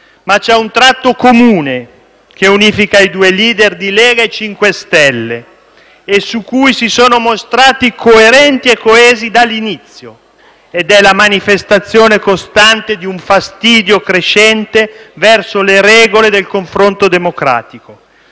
Ma c'è un tratto comune che unifica i due *leader* di Lega e 5 Stelle, su cui si sono mostrati coerenti e coesi dall'inizio, ed è la manifestazione costante di un fastidio crescente verso le regole del confronto democratico,